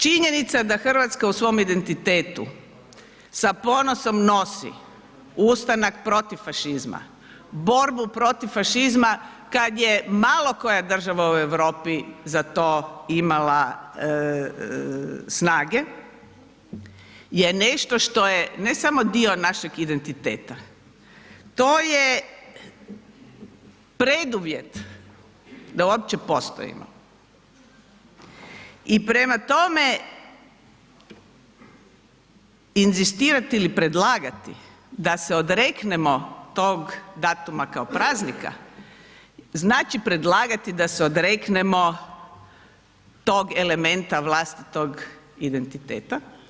Činjenica da Hrvatska u svom identitetu sa ponosom nosi ustanak protiv fašizma, borbu protiv fašizma kad je malo koja država u Europi za to imala snage je nešto što je, ne samo dio našeg identiteta, to je preduvjet da uopće postojimo i prema tome, inzistirati ili predlagati da se odreknemo tog datuma kao praznika znači predlagati da se odreknemo tog elementa vlastitog identiteta.